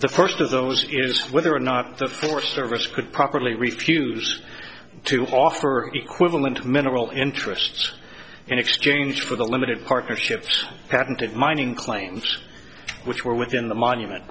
the first of those is whether or not the forest service could properly refuse to offer equivalent of mineral interests in exchange for the limited partnerships patented mining claims which were within the monument